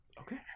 Okay